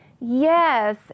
yes